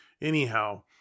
anyhow